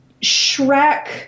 Shrek